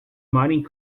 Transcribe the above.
mining